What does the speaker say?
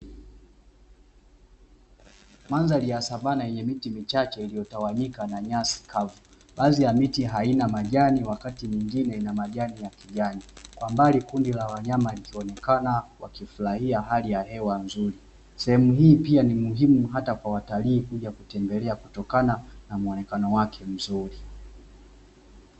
Mandhari ya savana yenye miti michache iliyotawanyika na nyasi kavu baadhi ya miti aina majani, wakati mwingine majani ya kijani kwa mbali kundi la wanyama,. lisilojulikana wakifurahia hali ya hewa nzuri sehemu hii pia ni muhimu, hata kwa watalii kuja kutembelea kutokana na muonekano wake mzuri.